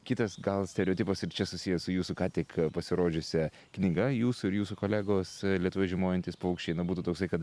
kitas gal stereotipas ir čia susijęs su jūsų ką tik pasirodžiusia knyga jūsų ir jūsų kolegos lietuvoje žiemojantys paukščiai na būtų toksai kad